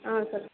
ஆ சொல்லுங்கள்